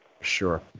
Sure